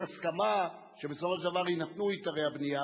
הסכמה שבסופו של דבר יינתנו היתרי הבנייה,